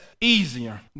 easier